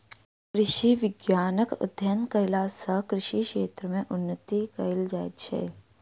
कृषि विज्ञानक अध्ययन कयला सॅ कृषि क्षेत्र मे उन्नति कयल जाइत छै